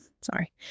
sorry